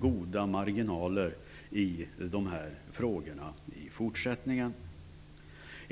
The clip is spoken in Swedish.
goda marginaler i dessa frågor i fortsättningen.